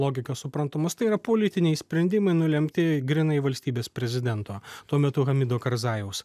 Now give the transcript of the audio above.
logika suprantamos tai yra politiniai sprendimai nulemti grynai valstybės prezidento tuo metu hamido karzajaus